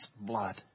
blood